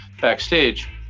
backstage